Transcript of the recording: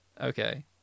Okay